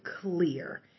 clear